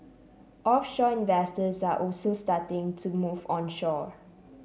offshore investors are also starting to move onshore